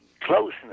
closeness